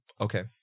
Okay